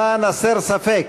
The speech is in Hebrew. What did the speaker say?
למען הסר ספק,